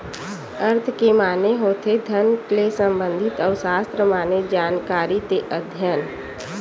अर्थ के माने होथे धन ले संबंधित अउ सास्त्र माने जानकारी ते अध्ययन